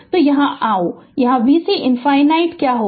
तो यहाँ आओ तो vc ∞ क्या होगा